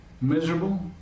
miserable